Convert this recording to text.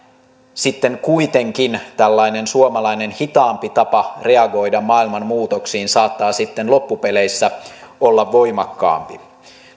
sitten kuitenkin tällainen suomalainen hitaampi tapa reagoida maailman muutoksiin saattaa loppupeleissä olla voimakkaampi